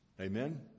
Amen